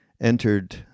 entered